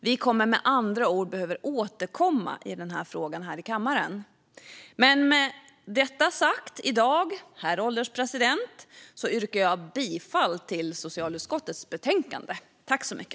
Vi kommer med andra ord att behöva återkomma i denna fråga här i kammaren. Med detta sagt, herr ålderspresident, yrkar jag dock bifall till förslaget i socialutskottets betänkande.